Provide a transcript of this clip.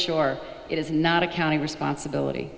sure it is not a county responsibility